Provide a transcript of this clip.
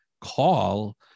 call